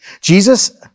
Jesus